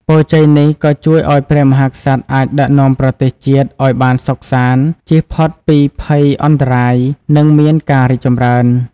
ពរជ័យនេះក៏ជួយឲ្យព្រះមហាក្សត្រអាចដឹកនាំប្រទេសជាតិឲ្យបានសុខសាន្ត ចៀសផុតពីភ័យអន្តរាយ និងមានការរីកចម្រើន។